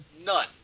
None